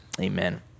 amen